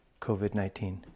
COVID-19